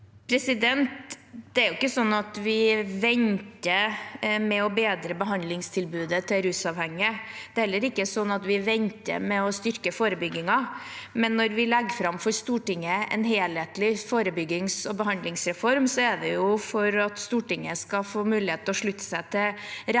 Det er ikke sånn at vi venter med å bedre behandlingstilbudet til rusavhengige. Det er heller ikke sånn at vi venter med å styrke forebyggingen. Når vi legger fram for Stortinget en helhetlig forebyggings- og behandlingsreform, er det for at Stortinget skal få mulighet til å slutte seg til retning